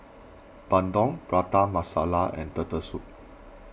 Bandung Prata Masala and Turtle Soup